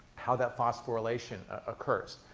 how that phosphorylation occurs.